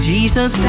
Jesus